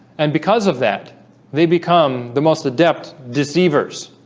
and because of that they become the most adept deceivers